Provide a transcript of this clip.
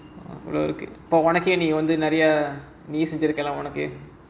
இப்போ உனக்கே நீ வந்து நிறைய நீயே செஞ்சிருக்கல உனக்கு:ippo uankkae nee vandhu niraiya nee senjirukkala unakku